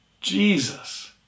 jesus